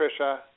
Tricia